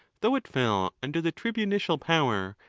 though it fell under the tribunitial power,